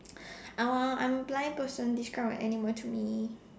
I'm a I'm blind person describe an animal to me